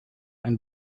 ein